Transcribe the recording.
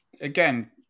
again